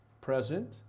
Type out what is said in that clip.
present